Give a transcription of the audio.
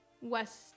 west